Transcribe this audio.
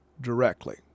directly